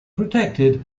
protected